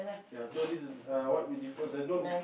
ya so this is err what you differs there's no need